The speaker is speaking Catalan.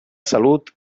salut